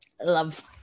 Love